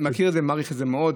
נכון, אני מכיר ומעריך את זה מאוד.